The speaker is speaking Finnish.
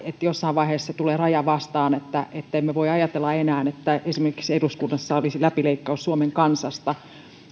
jossain vaiheessa tulee raja vastaan ettemme voi ajatella enää että esimerkiksi eduskunnassa olisi läpileikkaus suomen kansasta